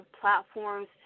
platforms